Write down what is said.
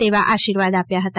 તેવા આશીર્વાદ આપ્યા હતા